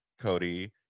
Cody